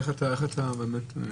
איך אתה באמת?